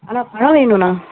hello பழம் வேணுண்ணா